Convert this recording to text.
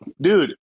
Dude